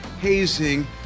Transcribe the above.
hazing